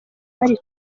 bari